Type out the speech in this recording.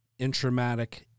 intramatic